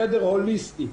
חדר הוליסטי.